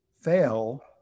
fail